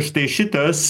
štai šitas